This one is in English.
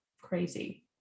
crazy